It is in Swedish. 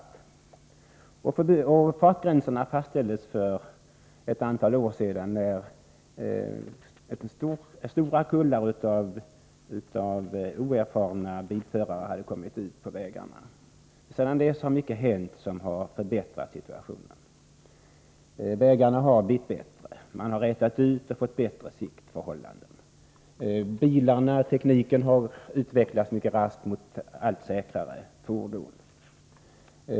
De nuvarande fartgränserna fastställdes för ett antal år sedan när stora kullar oerfarna bilförare kom ut på vägarna. Sedan dess har det hänt mycket som har förbättrat situationen. Vägarna har blivit bättre. Man har rätat ut vägarna och fått bättre siktförhållanden. Beträffande bilarna har tekniken medfört att utvecklingen mycket raskt gått mot allt säkrare fordon.